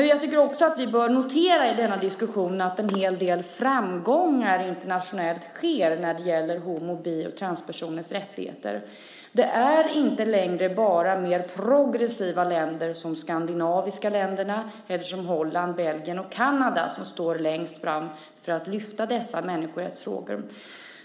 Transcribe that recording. Vidare tycker jag att vi i denna diskussion bör notera att det sker en hel del framgångar internationellt när det gäller homo och bisexuellas och transpersoners rättigheter. Det är inte längre bara mer progressiva länder som de skandinaviska länderna eller Holland, Belgien och Kanada som står längst fram när det gäller att lyfta fram dessa människorättsfrågor.